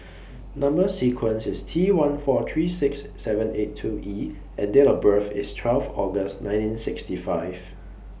Number sequence IS T one four three six seven eight two E and Date of birth IS twelve August nineteen sixty five